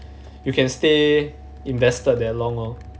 you can stay invested that long lor